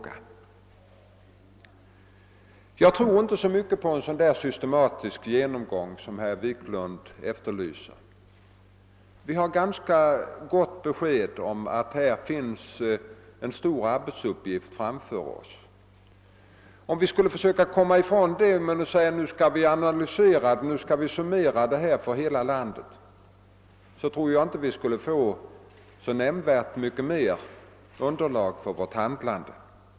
Jag tror inte så mycket på en sådan systematisk genomgång som herr Wiklund i Stockholm efterlyser. Vi har ganska väl klart för oss att en stor arbetsuppgifter här ligger framför oss. Om vi skulle försöka komma ifrån ansvaret genom att säga att vi först måste analysera och summera uppgifterna för hela landet, tror jag att vi inte skulle få något nämnvärt bättre underlag för vårt handlande.